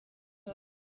her